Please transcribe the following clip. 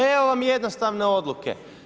Evo vam jednostavne odluke.